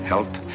Health